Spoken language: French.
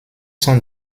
sont